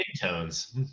tones